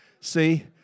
See